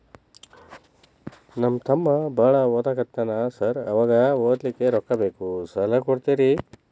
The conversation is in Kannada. ನಮ್ಮ ತಮ್ಮ ಬಾಳ ಓದಾಕತ್ತನ ಸಾರ್ ಅವಂಗ ಓದ್ಲಿಕ್ಕೆ ರೊಕ್ಕ ಬೇಕು ಸಾಲ ಕೊಡ್ತೇರಿ?